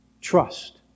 trust